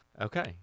Okay